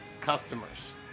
customers